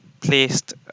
placed